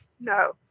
No